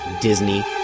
Disney